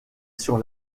sur